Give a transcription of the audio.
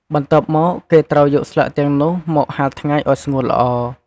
បន្ទាប់មក គេត្រូវយកស្លឹកទាំងនោះមក ហាលថ្ងៃ ឲ្យស្ងួតល្អ។